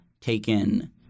taken –